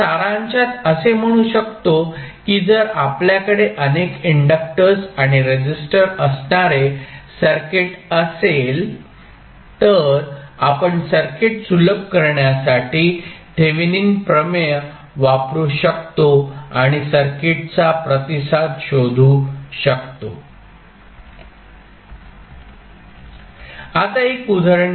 तर सारांशात असे म्हणू शकतो की जर आपल्याकडे अनेक इंडक्टर्स आणि रेसिस्टर असणारे सर्किट असेल तर आपण सर्किट सुलभ करण्यासाठी थेवेनिन प्रमेय वापरू शकतो आणि सर्किटचा प्रतिसाद शोधू शकतो